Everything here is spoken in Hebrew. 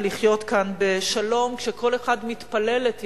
ולחיות כאן בשלום כשכל אחד מתפלל את יהדותו.